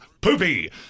poopy